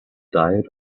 diet